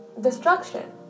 destruction